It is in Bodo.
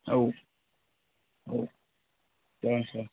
औ औ जागोन सार